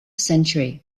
century